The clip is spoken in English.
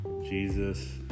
Jesus